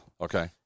Okay